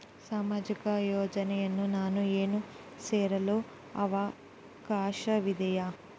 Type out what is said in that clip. ಸಾಮಾಜಿಕ ಯೋಜನೆಯನ್ನು ನಾನು ಸೇರಲು ಅವಕಾಶವಿದೆಯಾ?